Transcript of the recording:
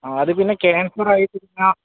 അത് പിന്നെ ക്യാൻസർ ആയി പിന്നാ